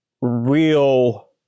real